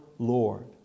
Lord